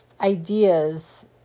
ideas